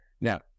Now